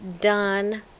done